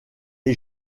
est